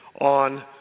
on